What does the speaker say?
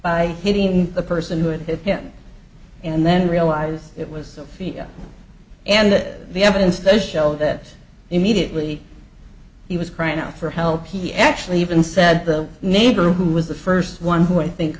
by hitting the person who had hit him and then realize it was sophia and that the evidence does show that immediately he was crying out for help he actually even said the neighbor who was the first one who i think